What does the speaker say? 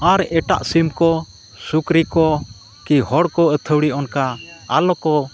ᱟᱨ ᱮᱴᱟᱜ ᱥᱤᱢ ᱠᱚ ᱥᱩᱠᱨᱤ ᱠᱚ ᱠᱤ ᱦᱚᱲ ᱠᱚ ᱟᱹᱛᱷᱟᱹᱲᱤ ᱚᱱᱠᱟ ᱟᱞᱚ ᱠᱚ